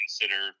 consider